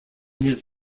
his